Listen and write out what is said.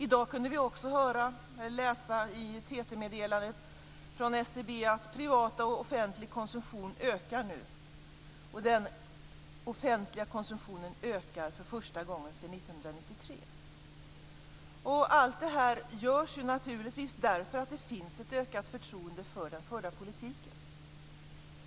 I dag kunde vi också läsa ett TT-meddelande från SCB att den privata och den offentliga konsumtionen nu ökar. Den offentliga konsumtionen ökar för första gången sedan 1993. Allt detta görs naturligtvis därför att det finns ett ökat förtroende för den förda politiken.